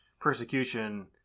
persecution